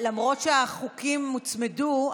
למרות שהחוקים הוצמדו,